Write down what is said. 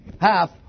half